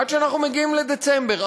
עד שאנחנו מגיעים לדצמבר,